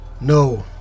No